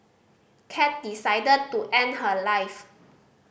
cat decided to end her life